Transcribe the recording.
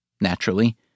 naturally